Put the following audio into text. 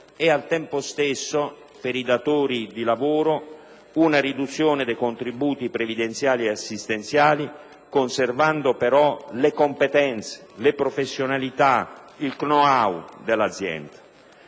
comporta, per i datori di lavoro, una riduzione dei contributi previdenziali assistenziali, conservando però le competenze, le professionalità ed il *know how* dell'azienda.